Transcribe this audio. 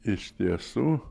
iš tiesų